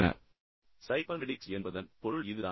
எனவே சைபர்நெடிக்ஸ் என்பதன் பொருள் இதுதான்